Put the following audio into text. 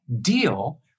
deal